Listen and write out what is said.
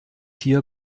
hier